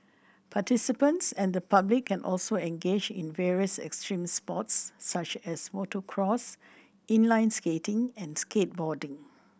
participants and the public can also engage in various extreme sports such as motocross inline skating and skateboarding